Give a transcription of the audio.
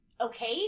okay